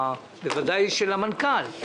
בוודאי של המנכ"ל?